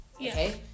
okay